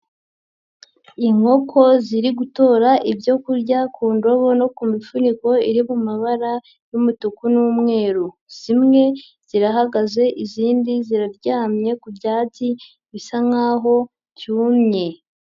Inkoko ziri gutora ibyo kurya ku ndobo no ku mifuniko iri mu mabara y'umutuku n'umweru. Zimwe zirahagaze, izindi ziraryamye ku byatsi bisa nkaho byumye.